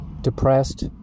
depressed